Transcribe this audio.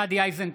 (קורא בשמות חברי הכנסת) גדי איזנקוט,